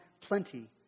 plenty